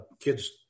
Kids